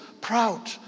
proud